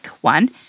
one